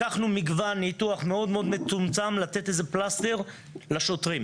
לקחנו מגוון ניתוח מאוד מאוד מצומצם לתת איזה פלסטר לשוטרים,